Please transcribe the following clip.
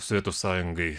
sovietų sąjungai